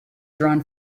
drawn